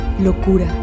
locura